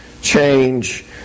change